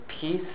peace